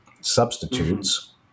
substitutes